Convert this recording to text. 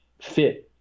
fit